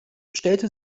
stellte